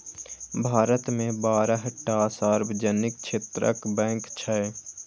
भारत मे बारह टा सार्वजनिक क्षेत्रक बैंक छै